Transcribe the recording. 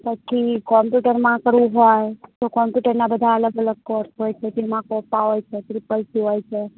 પછી કોમ્પ્યુટરમાં કરવું હોય તો કોમ્પ્યુટરનાં બધાં અલગ અલગ કોર્સ હોય છે જેમાં કોપા હોય છે ત્રીપલ સી હોય છે